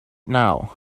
now